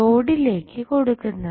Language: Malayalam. ലോഡിലേക് കൊടുക്കുന്നത്